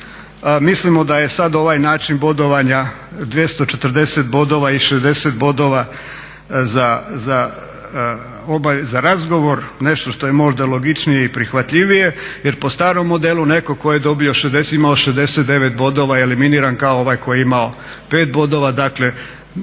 Mislimo da je sad ovaj način bodovanja 240 bodova i 60 bodova za razgovor nešto što je možda logičnije i prihvatljivije. Jer po starom modelu netko tko je imao 69 bodova je eliminiran kao i ovaj koji je imao 5 bodova. Dakle,